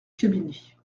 cabinet